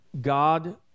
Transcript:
God